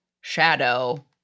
Shadow